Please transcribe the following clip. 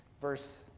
Verse